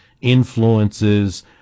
influences